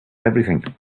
everything